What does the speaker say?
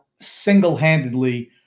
single-handedly